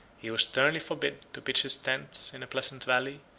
he was sternly forbid to pitch his tents in a pleasant valley,